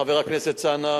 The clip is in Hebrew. חבר הכנסת אלסאנע,